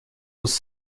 was